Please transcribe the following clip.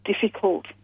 difficult